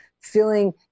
feeling